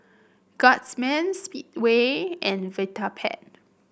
Guardsman Speedway and Vitapet